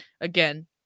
again